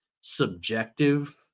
subjective